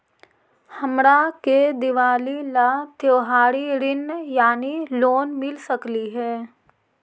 हमरा के दिवाली ला त्योहारी ऋण यानी लोन मिल सकली हे?